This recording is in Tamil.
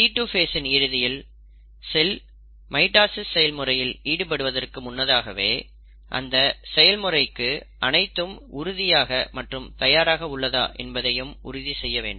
G2 ஃபேசின் இறுதியில் செல் மைட்டாசிஸ் செயல்முறையில் ஈடுபடுவதற்கு முன்னதாகவே அந்த செயல்முறைக்கு அனைத்தும் உறுதியாக மற்றும் தயாராக உள்ளதா என்பதை உறுதி செய்யும்